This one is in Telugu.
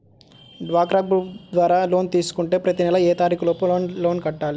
డ్వాక్రా గ్రూప్ ద్వారా లోన్ తీసుకుంటే ప్రతి నెల ఏ తారీకు లోపు లోన్ కట్టాలి?